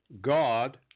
God